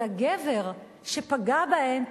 אבל הגבר שפגע בהן,